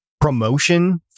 promotion